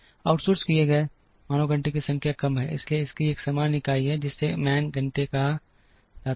outsource किए गए मानव घंटे की संख्या कम है इसलिए इसकी एक सामान्य इकाई है जिसे मैन घंटे कहा जाता है